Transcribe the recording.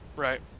Right